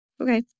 Okay